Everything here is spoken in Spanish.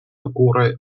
ocurre